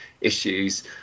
issues